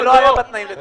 זה לא היה בתנאים, לדעתי.